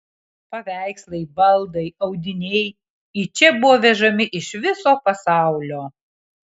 paveikslai baldai audiniai į čia buvo vežami iš viso pasaulio